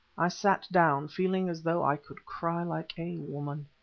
i sat down, feeling as though i could cry like a woman.